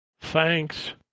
thanks